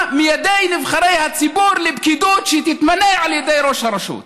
מידי נבחרי הציבור לפקידות שתתמנה על ידי ראש הרשות.